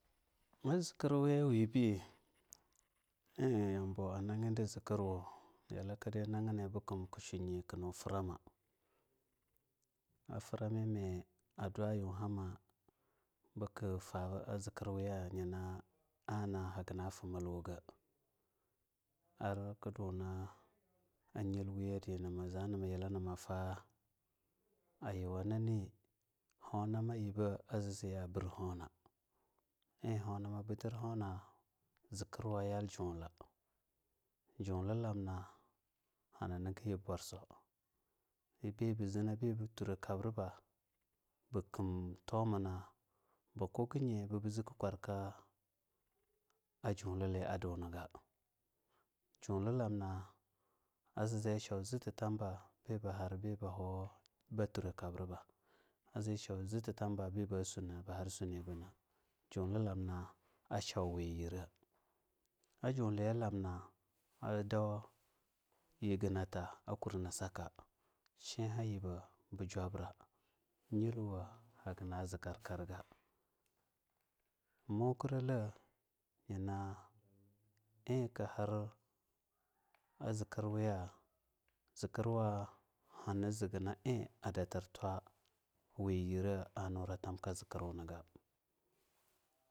Man zikar wewebi iyambo nagindir zikirwuna kallakade nagini bukumbu ku shuye kujim frama a framime adwa wu hamma biku faa zikirwiya yana ana hagana fu milwuga arku duna nyilwiyadi ma za mayilana mafa ayuwa nani honama yibba a ziza birhona e honama bitirhona zikirwa ayal jula, julilamna hani niga yib borso yib'be ba za na tura kabriba bu kim tomana bu kuginyi be bu zikka kwarku ka julili a duniga, juli lamna a shaw ze tatambe bebahor batura kabriba aza shau zee tatamba biba harba sunana julalamna ashau we yira ajulilamna adau yirgnata akurna saka shiha yibbe bi jobra yilwo haga zi karkarga, mokrala yina ikahar a zikir wiya zikirwa hagana zee na ie we yira ha nura tam ka zikirwunag.